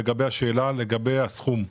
על השאלה לגבי הסכום.